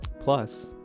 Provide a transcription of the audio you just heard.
plus